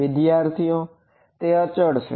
વિદ્યાર્થી તે અચળ છે